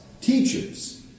teachers